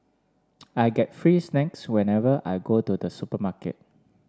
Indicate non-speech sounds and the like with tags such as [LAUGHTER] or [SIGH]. [NOISE] I get free snacks whenever I go to the supermarket